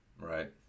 Right